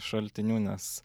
šaltiniu nes